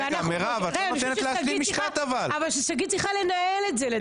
לדעתי שגית צריכה לנהל את זה.